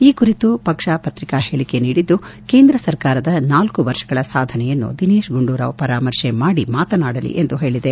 ಈ ಕುರಿತು ಪಕ್ಷ ಪತ್ರಿಕಾ ಹೇಳಿಕೆ ನೀಡಿದ್ದು ಕೇಂದ್ರ ಸರ್ಕಾರದ ನಾಲ್ಕು ವರ್ಷಗಳ ಸಾಧನೆಯನ್ನು ದಿನೇತ್ ಗುಂಡೂರಾವ್ ಪರಾಮರ್ಶೆ ಮಾಡಿ ಮಾತನಾಡಲಿ ಎಂದು ಹೇಳಿದೆ